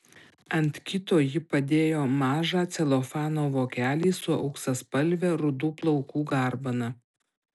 ant kito ji padėjo mažą celofano vokelį su auksaspalve rudų plaukų garbana